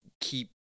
keep